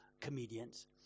comedians